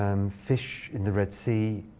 um fish in the red sea,